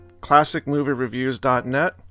classicmoviereviews.net